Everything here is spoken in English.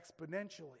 exponentially